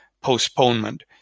postponement